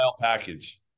package